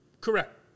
Correct